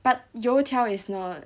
but 油条 is not